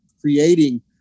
creating